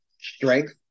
strength